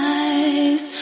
eyes